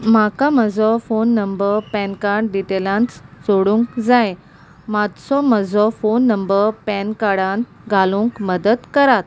म्हाका म्हजो phone number PAN card डिटेलांत सोदूंक जाय मातसो म्हजो फोन नंबर पॅनकार्डान घालूंक मदत करात